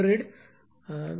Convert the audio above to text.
2 ஆக இருக்கும் எனவே 1